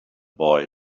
boy